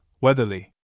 Weatherly